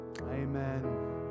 Amen